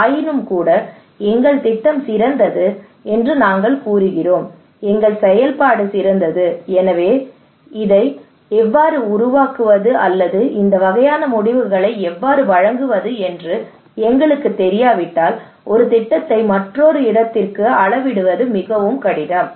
ஆயினும்கூட எங்கள் திட்டம் சிறந்தது என்று நாங்கள் கூறுகிறோம் எங்கள் செயல்பாடு சிறந்தது எனவே இதை எவ்வாறு உருவாக்குவது அல்லது இந்த வகையான முடிவுகளை எவ்வாறு வழங்குவது என்று எங்களுக்குத் தெரியாவிட்டால் ஒரு திட்டத்தை மற்றொரு இடத்திற்கு அளவிடுவது மிகவும் கடினம்